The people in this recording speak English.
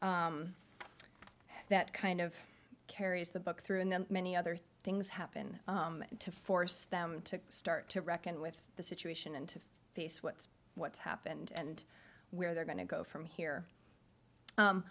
that kind of carries the book through and then many other things happen to force them to start to reckon with the situation and to face what's what's happened and where they're going to go from here